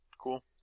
Cool